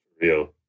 Real